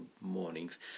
mornings